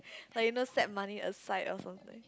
like you know set money aside or something